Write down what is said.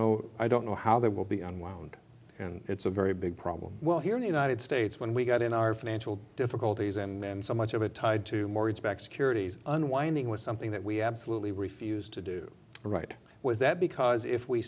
know i don't know how they will be unwound and it's a very big problem well here in the united states when we got in our financial difficulties and then so much of it tied to mortgage backed securities unwinding was something that we absolutely refused to do right was that because if we